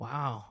Wow